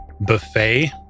buffet